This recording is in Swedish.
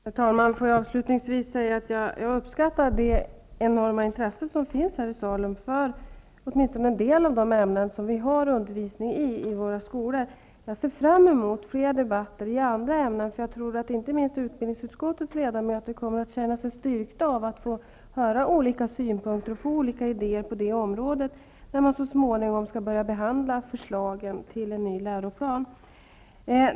Herr talman! Får jag avslutningsvis säga att jag uppskattar det enorma intresse som finns här i salen för åtminstone en del av de ämnen som man i våra skolor undervisar i. Jag ser fram mot flera diskussioner om andra ämnen, då inte minst utbildningsutskottets ledamöter kommer att känna sig styrkta av att få höra olika synpunkter och få olika idéer på det här området, när de så småningom skall börja behandla förslagen till en ny läroplan.